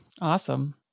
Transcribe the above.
Awesome